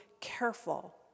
careful